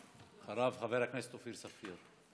אחריו, חבר הכנסת אופיר סופר.